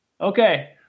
okay